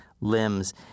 limbs